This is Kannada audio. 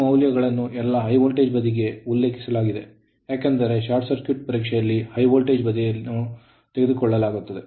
ಈ ಮೌಲ್ಯಗಳನ್ನು ಎಲ್ಲಾ ಹೈ ವೋಲ್ಟೇಜ್ ಬದಿಗೆ ಉಲ್ಲೇಖಿಸಲಾಗುತ್ತದೆ ಏಕೆಂದರೆ ಶಾರ್ಟ್ ಸರ್ಕ್ಯೂಟ್ ಪರೀಕ್ಷೆಯನ್ನು ಹೈ ವೋಲ್ಟೇಜ್ ಬದಿಯಲ್ಲಿ ಮಾಡಲಾಗುತ್ತದೆ